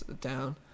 down